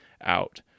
out